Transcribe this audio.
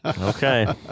okay